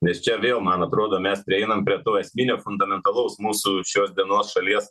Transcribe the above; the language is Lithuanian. nes čia vėl man atrodo mes prieinam prie to esminio fundamentalaus mūsų šios dienos šalies